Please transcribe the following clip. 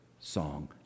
Song